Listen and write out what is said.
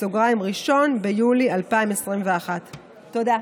1 ביולי 2021. תודה.